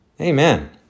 Amen